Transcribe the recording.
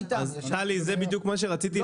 טלי, זה בדיוק מה שרציתי לומר.